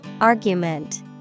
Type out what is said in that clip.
Argument